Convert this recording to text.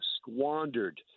squandered